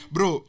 Bro